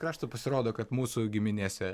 krašto pasirodo kad mūsų giminėse